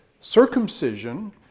circumcision